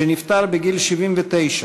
שנפטר בגיל 79,